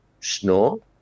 snow